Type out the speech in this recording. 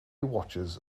watches